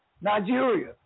Nigeria